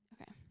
Okay